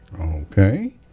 Okay